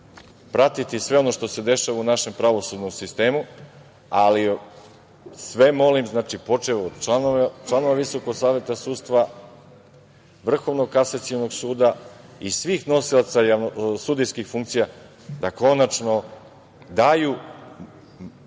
pratiti sve ono što se dešava u našem pravosudnom sistemu, ali sve molim, znači počev od članova Visokog saveta sudstva, Vrhovnog kasacionog suda i svih nosilaca sudijskih funkcija da konačno daju